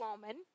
woman